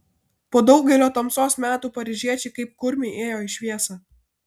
po daugelio tamsos metų paryžiečiai kaip kurmiai ėjo į šviesą